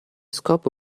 scopo